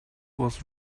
was